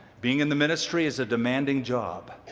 being in the ministry is a demanding job.